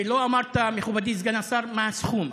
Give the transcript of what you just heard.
ולא אמרת, מכובדי סגן השר, מה הסכום.